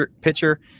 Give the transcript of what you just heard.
pitcher